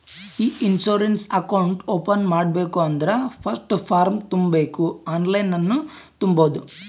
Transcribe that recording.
E insurance account open ಮಾಡ್ಬೇಕ ಅಂದುರ್ first form ತುಂಬಬೇಕ್ ಆನ್ಲೈನನ್ನು ತುಂಬೋದು